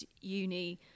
uni